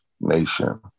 nation